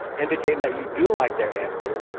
indicating that you do like their answer,